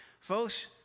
Folks